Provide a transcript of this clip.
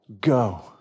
go